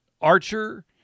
Archer